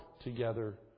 together